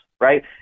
right